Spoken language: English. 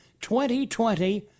2020